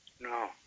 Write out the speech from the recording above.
No